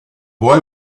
boy